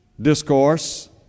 discourse